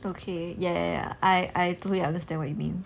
okay ya ya ya I I totally understand what you mean